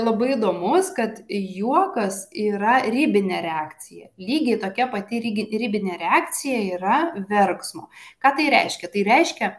labai įdomus kad juokas yra ribinė reakcija lygiai tokia pati irgi ribinė reakcija yra verksmo ką tai reiškia tai reiškia